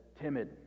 timid